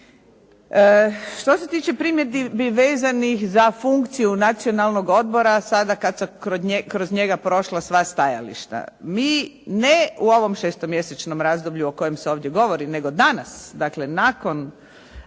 Što se tiče primjedbi vezanih za funkciju Nacionalnog odbora, sada kad su kroz njega prošla sva stajališta. Mi ne u ovom šestomjesečnom razdoblju o kojem se ovdje govori, nego danas, dakle nakon